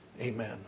Amen